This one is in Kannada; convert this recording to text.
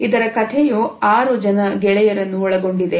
ಇದರ ಕಥೆಯು ಆರು ಜನ ಗೆಳೆಯರನ್ನು ಒಳಗೊಂಡಿದೆ